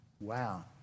Wow